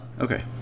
Okay